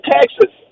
Texas